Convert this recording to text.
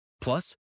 Plus